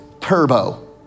Turbo